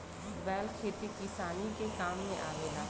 बैल खेती किसानी के काम में आवेला